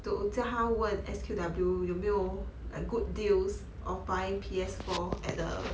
to 叫他问 S_Q_W 有没有 like good deals of buying P_S four at the